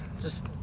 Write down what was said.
just.